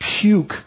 puke